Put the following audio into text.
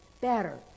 better